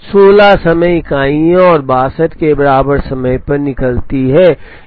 16 समय इकाइयाँ और 62 के बराबर समय पर निकलती है